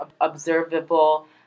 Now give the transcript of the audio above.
observable